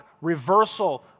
reversal